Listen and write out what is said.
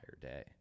day